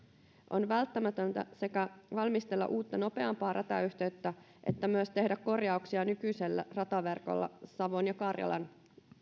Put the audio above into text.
on välttämätöntä sekä valmistella uutta nopeampaa ratayhteyttä että myös tehdä korjauksia nykyisellä rataverkolla savon ja karjalan